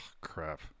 crap